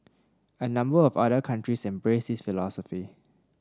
a number of other countries embrace this philosophy